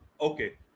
Okay